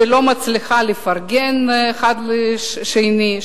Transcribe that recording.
שלא מצליחה לפרגן אחד לשני,